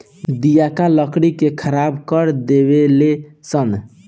दियाका लकड़ी के खराब कर देवे ले सन